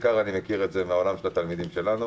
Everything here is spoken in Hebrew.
אני מכיר את זה בעיקר מן העולם של התלמידים שלנו,